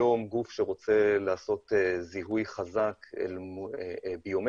היום גוף שרוצה לעשות זיהוי חזק ביומטרי,